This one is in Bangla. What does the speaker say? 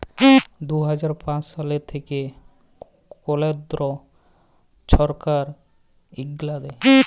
দু হাজার পাঁচ সাল থ্যাইকে কেলদ্র ছরকার ইগলা দেয়